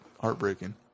heartbreaking